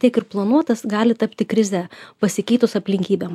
tiek ir planuotas gali tapti krize pasikeitus aplinkybėm